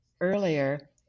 earlier